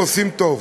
ועושים טוב.